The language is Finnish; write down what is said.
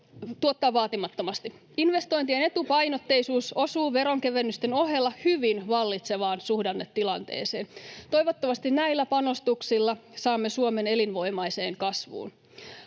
tuottaa vaatimattomasti. Investointien etupainotteisuus osuu veronkevennysten ohella hyvin vallitsevaan suhdannetilanteeseen. Toivottavasti näillä panostuksilla saamme Suomen elinvoimaiseen kasvuun.